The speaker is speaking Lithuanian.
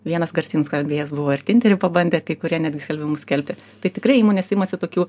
vienas garsiai nuskambėjęs buvo ir tindery pabandė kai kurie netgi skelbimus skelbti tai tikrai įmonės imasi tokių